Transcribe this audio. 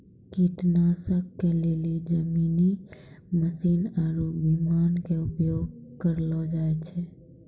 कीटनाशक के लेली जमीनी मशीन आरु विमान के उपयोग कयलो जाय छै